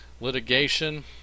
litigation